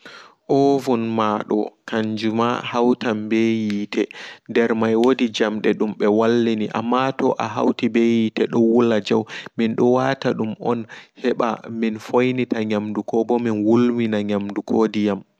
Oven maado kajuma ahautan ɓe yiite nder may wodi jamde dum ɓe wallini amma toa ahuti ɓe yiite dowula jau mindo watadum on heɓa min foinita nyamdu komo min wulmina nyamdu koɓo diyam.